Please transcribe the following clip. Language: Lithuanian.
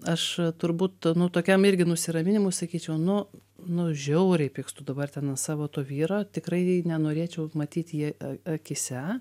aš turbūt nu tokiam irgi nusiraminimui sakyčiau nu nu žiauriai pykstu dabar ten an savo to vyro tikrai nenorėčiau matyti jį ak akyse